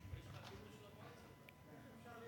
אדוני